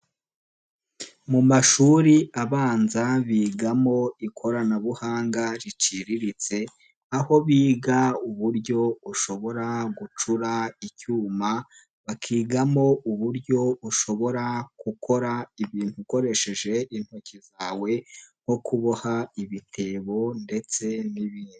Mu mashuri abanza, bigamo ikoranabuhanga riciriritse, aho biga uburyo ushobora gucura icyuma, bakigamo uburyo ushobora gukora ibintu ukoresheje intoki zawe, nko kuboha ibitebo ndetse n'ibindi.